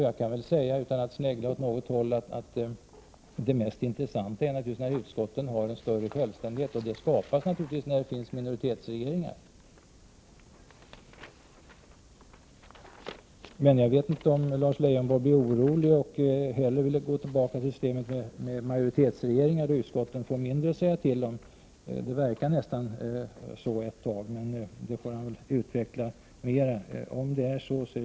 Jag kan väl säga utan att snegla åt något håll att det mest intressanta naturligtvis är när utskotten har en större självständighet. Sådan skapas givetvis när det finns minoritetsregeringar. Men jag vet inte om Lars Leijonborg blir orolig och hellre vill gå tillbaka till ett system med majoritetsregeringar och få mindre att säga till om i utskotten. Det verkade nästan så ett tag. Men den ståndpunkten får väl Lars Leijonborg utveckla mer.